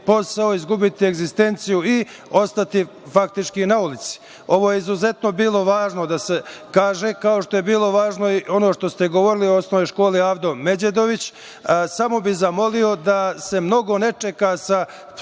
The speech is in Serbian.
posao, izgubiti egzistenciju i ostati faktički na ulici. Ovo je izuzetno bilo važno da se kaže, kao što je bilo važno i ono što ste govorili o osnovnoj školi „Avdo Međedović“.Samo bih zamolio da se mnogo ne čeka sa